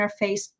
interface